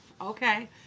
Okay